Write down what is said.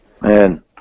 Man